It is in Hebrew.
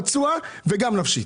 פצוע פיזית וגם נפשית.